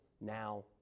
now